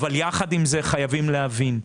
עם זאת, חייבים להבין,